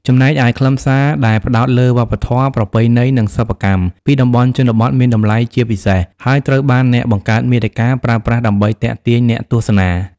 ចំណែកឯខ្លឹមសារដែលផ្តោតលើ វប្បធម៌ ប្រពៃណី និងសិប្បកម្ម ពីតំបន់ជនបទមានតម្លៃជាពិសេស ហើយត្រូវបានអ្នកបង្កើតមាតិកាប្រើប្រាស់ដើម្បីទាក់ទាញអ្នកទស្សនា។